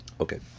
Okay